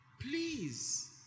please